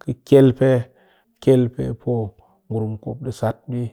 ka kyel pe, kyelpe po ngurum ku mop ɗi sat ɗii